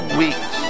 weeks